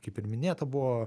kaip ir minėta buvo